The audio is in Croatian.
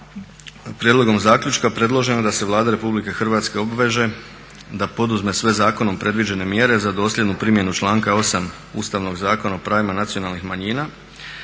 Prijedlogom Zaključka predloženo je da se Vlada Republike Hrvatske obveže da poduzme sve zakonom predviđene mjere za dosljednu primjenu članka 8. Ustavnog zakona o pravima nacionalnih manjina